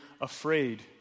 afraid